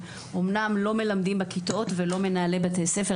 אומנם לא מדובר בעובדי חינוך או במנהלי בתי ספר,